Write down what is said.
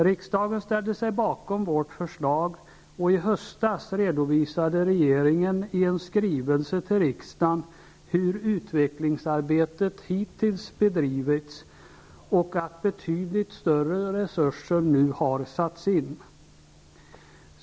Riksdagen ställde sig bakom vårt förslag, och i höstas redovisade regeringen i en skrivelse till riksdagen hur utvecklingsarbetet hittills bedrivits och att betydligt större resurser nu har satts in.